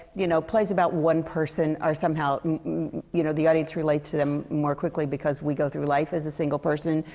you know, plays about one person are somehow you know, the audience relates to them more quickly, because we go through life as a single person.